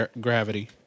gravity